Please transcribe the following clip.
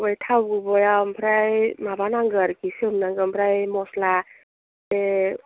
बे थावगुबैयाव ओमफ्राय माबा नांगौ आरोखि सोमनांगौष ओमफ्राय मस्ला बे